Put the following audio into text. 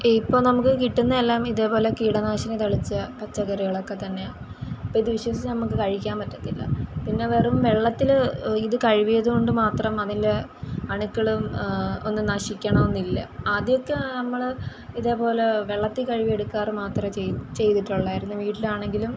ഇപ്പോൾ നമുക്ക് കിട്ടുന്നതെല്ലാം ഇതേപോലെ കീടനാശിനി തളിച്ച പച്ചക്കറികളൊക്കെ തന്നെയാണ് അപ്പോൾ ഇത് വിശ്വസിച്ച് നമുക്ക് കഴിക്കാൻ പറ്റത്തില്ല പിന്നെ വെറും വെള്ളത്തിൽ ഇത് കഴുകിയതുകൊണ്ട് മാത്രം അതിലെ അണുക്കൾ ഒന്നും നശിക്കണമെന്നില്ല ആദ്യം ഒക്കെ നമ്മൾ ഇതേപോലെ വെള്ളത്തിൽ കഴുകിയെടുക്കാറ് മാത്രമേ ചെ ചെയ്തിട്ടുള്ളായിരുന്നു വീട്ടിൽ ആണെങ്കിലും